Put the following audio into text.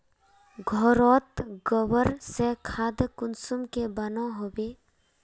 घोरोत गबर से खाद कुंसम के बनो होबे?